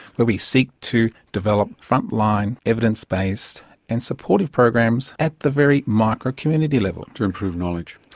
where we seek to develop frontline evidence-based and supportive programs at the very micro community level. to improve knowledge.